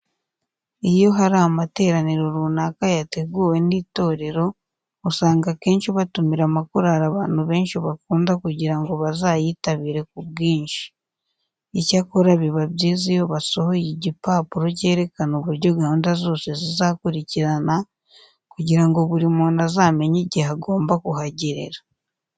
Iyo hari amateraniro runaka yateguwe n'itorero usanga akenshi batumira amakorari abantu benshi bakunda kugira ngo bazayitabire ku bwinshi. Icyakora biba byiza iyo basohoye igipapuro cyerekana uburyo gahunda zose zizakurikirana kugira ngo buri muntu azamenye igihe agomba kuhagerera.